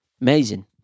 Amazing